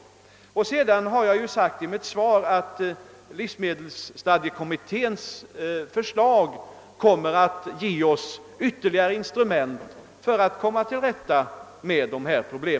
I mitt svar har jag framhållit att livsmedelsstadgekommitténs förslag säkerligen skall ge oss ytterligare instrument för att komma till rätta med dessa problem.